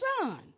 son